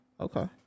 Okay